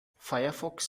firefox